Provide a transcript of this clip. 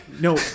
no